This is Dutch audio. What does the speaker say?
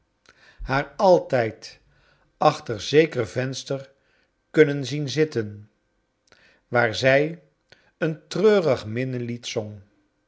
haar altijd achter zeker venster kunnen zien zitten waar zij een treurig minnelied zong